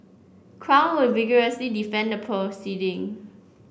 crown will vigorously defend the proceeding